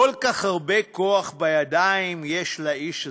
כל כך הרבה כוח בידיים יש לאיש הזה,